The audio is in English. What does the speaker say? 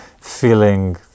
feeling